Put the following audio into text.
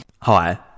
Hi